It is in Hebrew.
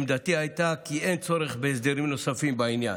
עמדתי הייתה כי אין צורך בהסדרים נוספים בעניין.